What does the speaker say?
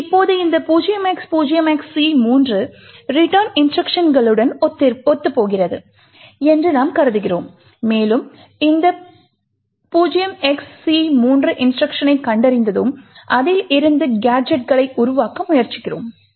இப்போது இந்த 0x0XC3 return இன்ஸ்ட்ருக்ஷன்களுடன் ஒத்துப்போகிறது என்று நாம் கருதுகிறோம் மேலும் இந்த 0xC3 இன்ஸ்ட்ரக்ஷனைக் கண்டறிந்ததும் அதில் இருந்து கேஜெட்களை உருவாக்க முயற்சிக்கிறோம்